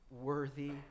Worthy